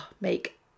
make